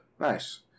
Nice